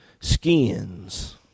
skins